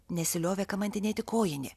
nesiliovė kamantinėti kojinė